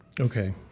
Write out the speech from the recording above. Okay